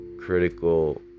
critical